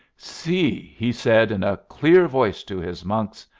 see, he said in a clear voice to his monks,